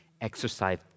exercise